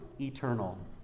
eternal